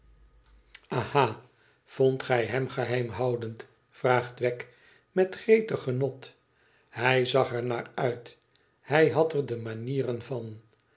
vondt gij hem geheimhoudend vraagt wegg met gretig genot hij zag er naar uit hij had er de manieren van